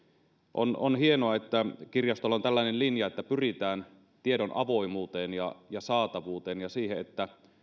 on on hienoa että kirjastolla on tällainen linja että pyritään tiedon avoimuuteen ja saatavuuteen ja siihen että